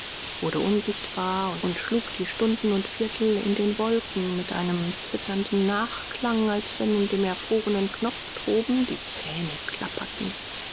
wurde unsichtbar und schlug die stunden und viertel in den wolken mit einem zitternden nachklang als wenn in dem erfrorenen knopf droben die zähne klapperten